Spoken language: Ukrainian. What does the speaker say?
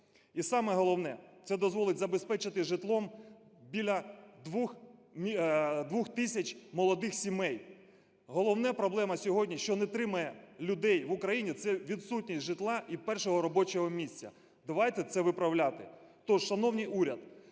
І саме головне – це дозволить забезпечити житлом біля двох тисяч молодих сімей. Головна проблема сьогодні, що тримає людей в Україні – це відсутність житла і першого робочого місця. Давайте це виправляти. Тож, шановний уряд,